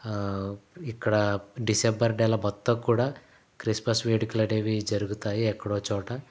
ఇక్కడ డిసెంబర్ నెల మొత్తం కూడా క్రిస్మస్ వేడుకలు అనేవి జరుగుతాయి ఎక్కడో చోట